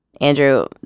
Andrew